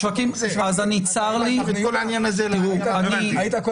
השווקים צר לי --- הדיון הזה --- לא הבנתי,